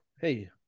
hey